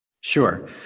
Sure